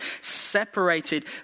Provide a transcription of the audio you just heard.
separated